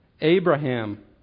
Abraham